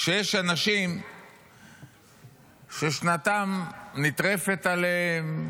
שיש אנשים ששנתם נטרפת עליהם,